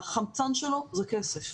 החמצן שלו הוא כסף.